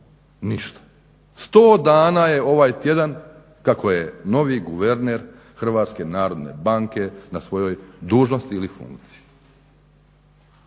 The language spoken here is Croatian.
Ništa, 100 dana je ovaj tjedan kako je novi guvernere HNB na svojoj dužnosti ili funkciji.